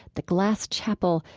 the glass chapel,